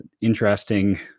Interesting